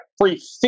free